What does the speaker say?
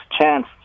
Chance